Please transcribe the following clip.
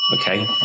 Okay